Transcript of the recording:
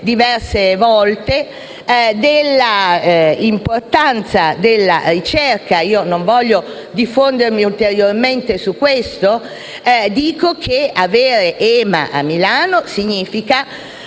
dico che avere EMA a Milano significherebbe